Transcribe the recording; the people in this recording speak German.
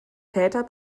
täter